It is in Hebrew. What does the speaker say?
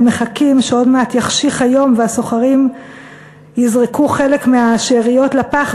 הם מחכים שעוד מעט יחשיך היום והסוחרים יזרקו חלק מהשאריות לפח,